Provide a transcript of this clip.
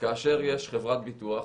כאשר יש חברת ביטוח,